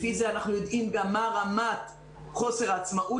לפי זה אנחנו יודעים גם מה רמת חוסר העצמאות